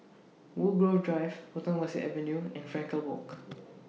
Woodgrove Drive Potong Pasir Avenue and Frankel Walk